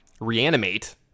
Reanimate